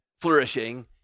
flourishing